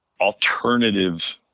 alternative